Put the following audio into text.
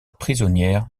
prisonnière